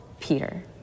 Peter